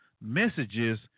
messages